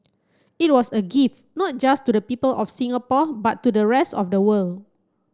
it was a gift not just to the people of Singapore but to the rest of the world